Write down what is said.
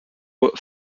were